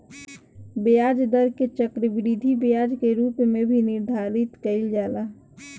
ब्याज दर के चक्रवृद्धि ब्याज के रूप में भी निर्धारित कईल जाला